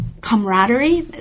camaraderie